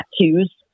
tattoos